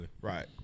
Right